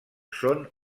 són